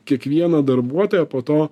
kiekvieną darbuotoją po to